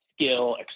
skill